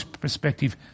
perspective